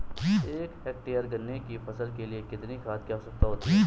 एक हेक्टेयर गन्ने की फसल के लिए कितनी खाद की आवश्यकता होगी?